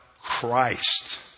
Christ